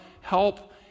help